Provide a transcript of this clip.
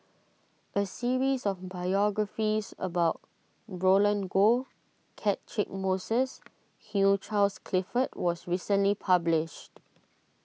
a series of biographies about Roland Goh Catchick Moses and Hugh Charles Clifford was recently published